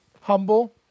humble